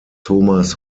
thomas